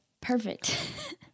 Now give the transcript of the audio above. Perfect